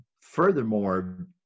furthermore